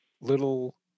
little